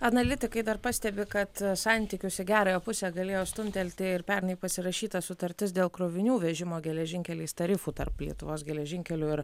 analitikai dar pastebi kad santykius į gerąją pusę galėjo stumtelti ir pernai pasirašyta sutartis dėl krovinių vežimo geležinkeliais tarifų tarp lietuvos geležinkelių ir